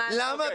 למה?